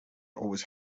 always